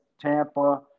Tampa